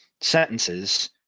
sentences